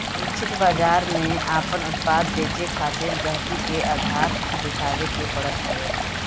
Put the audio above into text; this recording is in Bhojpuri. लक्षित बाजार में आपन उत्पाद बेचे खातिर गहकी के आधार देखावे के पड़त हवे